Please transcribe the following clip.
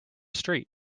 street